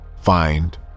find